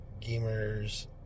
gamers